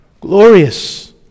Glorious